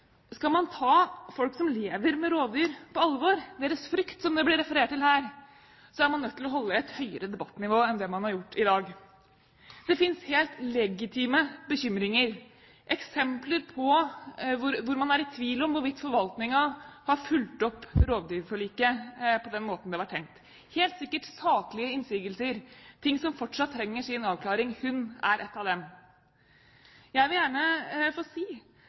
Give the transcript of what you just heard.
Skal man ta folk som lever med rovdyr, på alvor – deres «frykt», som det ble referert til her – er man nødt til å holde et høyere debattnivå enn det man har gjort i dag. Det finnes helt legitime bekymringer, hvor man er i tvil om hvorvidt forvaltningen har fulgt opp rovdyrforliket på den måten det var tenkt – helt sikkert saklige innsigelser, ting som fortsatt trenger en avklaring. Hund er et slikt eksempel. Jeg vil gjerne få si